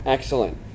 Excellent